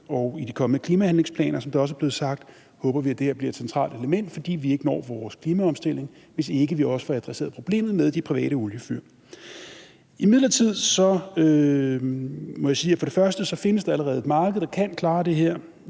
og i de kommende klimahandlingsplaner, som der også er blevet sagt, håber vi at det her bliver et centralt element, fordi vi ikke når vores klimaomstilling, hvis ikke vi også får adresseret problemet med de private oliefyr. Imidlertid må jeg sige, at der for det første allerede findes et marked, der kan klare det her.